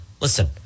Listen